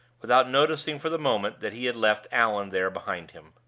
without noticing for the moment that he had left allan there behind him.